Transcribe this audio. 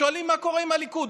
שואלים מה קורה עם הליכוד.